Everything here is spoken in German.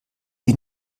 wie